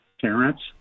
parents